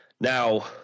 now